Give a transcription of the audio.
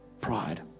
Pride